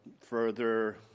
further